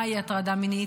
מה היא הטרדה מינית,